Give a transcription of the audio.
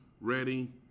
ready